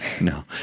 No